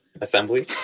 Assembly